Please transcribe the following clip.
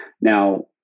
Now